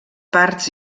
parts